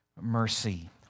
mercy